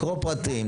לקרוא פרטים,